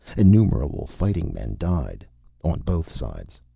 innumerable fighting men died on both sides.